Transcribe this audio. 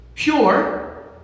Pure